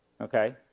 Okay